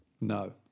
No